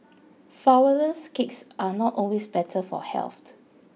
Flourless Cakes are not always better for health